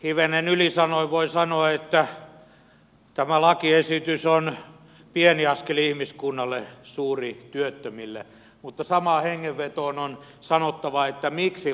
hivenen ylisanoin voin sanoa että tämä lakiesitys on pieni askel ihmiskunnalle suuri työttömille mutta samaan hengenvetoon on sanottava että miksi vasta nyt